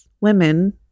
women